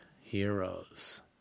Heroes